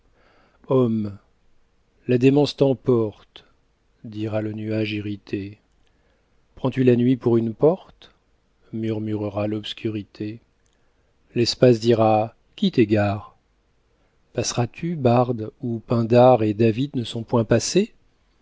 homme la démence t'emporte dira le nuage irrité prends-tu la nuit pour une porte murmurera l'obscurité l'espace dira qui t'égare passeras tu barde où pindare et david ne sont point passés